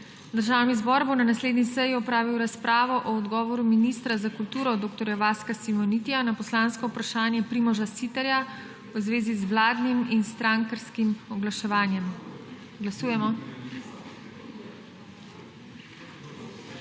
Državni zbor bo na naslednji seji opravil razpravo o odgovoru ministra za kulturo dr. Vaska Simonitija na poslansko vprašanje Primoža Siterja v zvezi z vladnim in strankarskim oglaševanjem. Glasujemo.